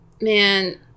man